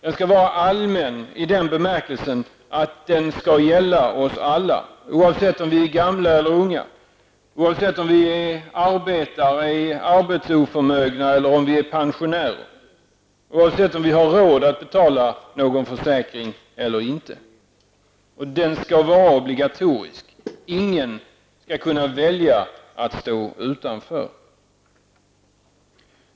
Den skall vara allmän, i den bemärkelsen att den skall gälla oss alla, oavsett om vi är gamla eller unga, oavsett om vi arbetar, är arbetsoförmögna eller pensionärer, oavsett om vi har råd att betala någon försäkring eller inte. -- Den skall vara obligatorisk. Ingen skall kunna välja att stå utanför.